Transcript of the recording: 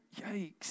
Yikes